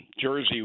Jersey